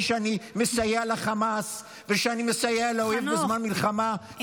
שאני מסייע לחמאס ושאני מסייע לאויב בזמן מלחמה,